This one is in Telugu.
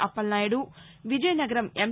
అప్పలనాయుడు విజయనగరం ఎం